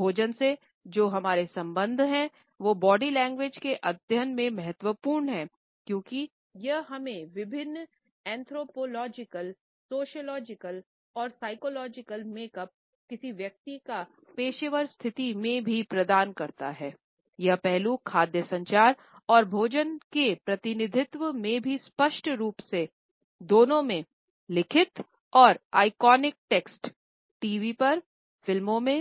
भोजन से जो हमारा संबंध है वो बॉडी लैंग्वेज टीवी पर फिल्मों में